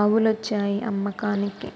ఆవులొచ్చాయి అమ్మకానికి